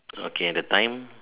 okay the time